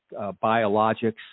biologics